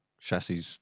chassis